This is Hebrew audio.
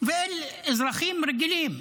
ועל אזרחים רגילים?